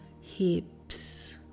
hips